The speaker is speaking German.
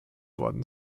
worden